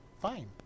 Fine